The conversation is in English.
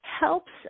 helps